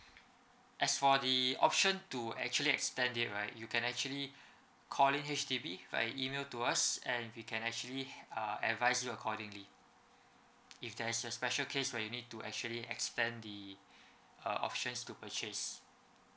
as for the option to actually extend it right you can actually calling H_D_B via email to us and we can actually uh advise you accordingly if there's a special case where you need to actually extend the uh options to purchase